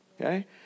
Okay